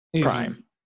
prime